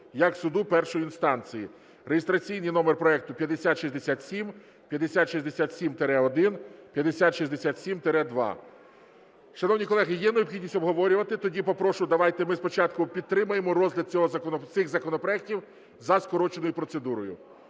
як суду першої інстанції (реєстраційний номер проекту 5067, 5067-1 5067-2). Шановні колеги, є необхідність обговорювати? Тоді попрошу, давайте ми спочатку підтримаємо розгляд цих законопроектів за скороченою процедурою.